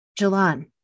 Jalan